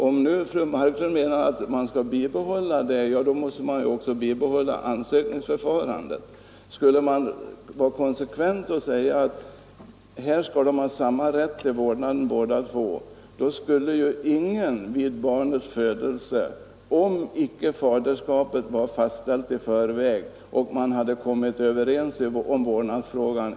Om nu fru Marklund menar att man skall bibehålla denna ordning, måste man också bibehålla ansökningsförfarandet. Skulle man här vara konsekvent och säga att båda föräldrarna skall ha samma rätt till vårdnaden, skulle ingen ha vårdnaden vid barnets födelse, om icke faderskapet var fastställt i förväg och överenskommelse träffats i vårdnadsfrågan.